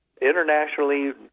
internationally